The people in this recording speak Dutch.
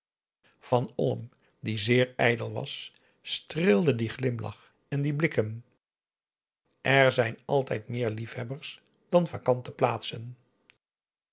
van olm die zeer ijdel was streelden dien glimlach en die blikken er zijn altijd meer liefhebbers dan vacante plaatsen